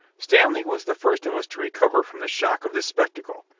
stanley was the first of us to recover from the shock of this spectacle.